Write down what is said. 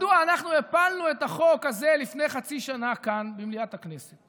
מדוע אנחנו הפלנו את החוק הזה לפני חצי שנה כאן במליאת הכנסת?